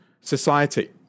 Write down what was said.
society